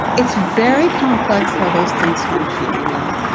it's very complex how those things function, you know,